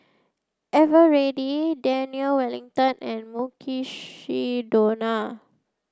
Eveready Daniel Wellington and Mukshidonna